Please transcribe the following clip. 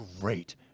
great